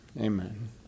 amen